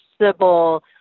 Sybil